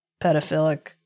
pedophilic